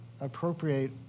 appropriate